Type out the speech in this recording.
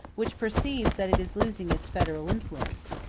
which perceives that it is losing its federal influence,